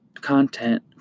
content